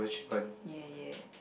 yea yea